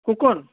کُوکُن